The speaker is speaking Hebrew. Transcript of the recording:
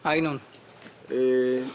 בבקשה.